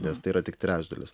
nes tai yra tik trečdalis